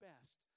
best